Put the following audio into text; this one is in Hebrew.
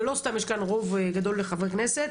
ולא סתם יש כאן רוב גדול לחברי כנסת